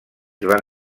van